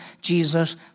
jesus